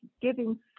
giving